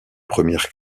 premières